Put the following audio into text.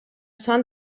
sun